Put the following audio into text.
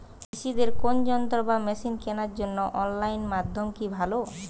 কৃষিদের কোন যন্ত্র বা মেশিন কেনার জন্য অনলাইন মাধ্যম কি ভালো?